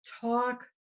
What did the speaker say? talk